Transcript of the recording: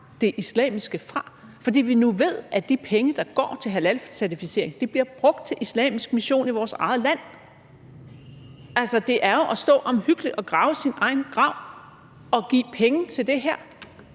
det islamiske fra. For vi ved nu, at de penge, der går til halalcertificering, bliver brugt til islamisk mission i vores eget land. Altså, at give penge til det her er jo at stå omhyggeligt og grave sin egen grav. Og det kan man da godt